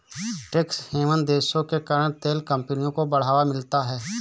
tax haven देशों के कारण तेल कंपनियों को बढ़ावा मिलता है